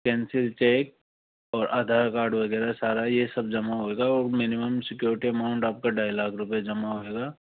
cancel cheque और Aadhaar card वगैरह सारा ये सब जमा होएगा ओर मिनिमम सिक्योरिटी अमाउंट आपका ढ़ाई लाख रुपये जमा होएगा